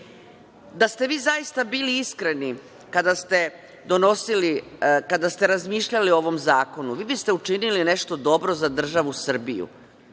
ste vi zaista bili iskreni kada ste donosili, kada ste razmišljali o ovom zakonu, vi bi ste učinili nešto dobro za državu Srbiju.